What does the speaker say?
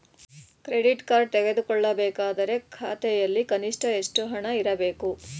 Credit card ತೆಗೆದುಕೊಳ್ಳಬೇಕಾದರೆ ಖಾತೆಯಲ್ಲಿ ಕನಿಷ್ಠ ಎಷ್ಟು ಹಣ ಇರಬೇಕು?